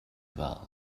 well